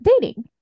dating